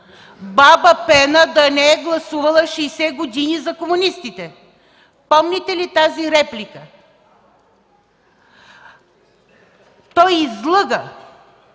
Баба Пена да не е гласувала 60 години за комунистите.” Помните ли тази реплика? (Смях.